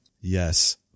Yes